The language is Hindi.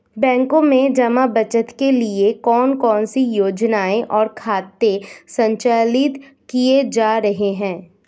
बैंकों में जमा बचत के लिए कौन कौन सी योजनाएं और खाते संचालित किए जा रहे हैं?